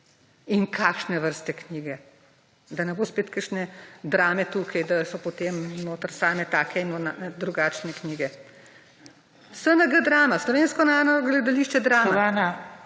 in kakšne vrste knjige? Da ne bo spet kakšne drame tukaj, da so, potem notri same take in drugačne knjige. SNG drama, Slovensko narodno gledališče drama…